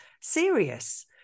serious